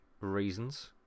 reasons